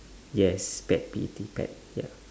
yes pet P E T ya